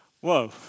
whoa